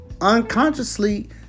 unconsciously